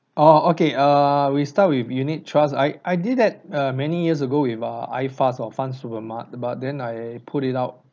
oh okay err we start with unit trust I I did that uh many years ago with err iFAST or Fundsupermart but then I pulled it out